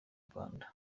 rwanda